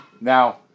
Now